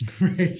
Right